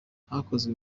hakozwe